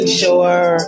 sure